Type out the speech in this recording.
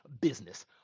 business